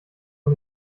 man